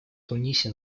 тунисе